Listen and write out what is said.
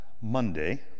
Monday